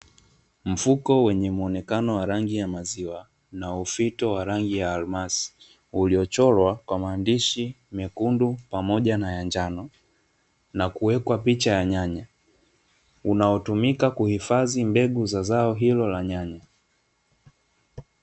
Mfuko wenye muonekano wa rangi ya maziwa, na ufito wa rangi ya almasi. Uliochorwa kwa maandishi mekundu Pamoja na ya njano, na kuwekwa picha ya nyanya. Unaotumika kuhifadhi zao hilo la nyanya.